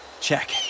check